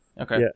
Okay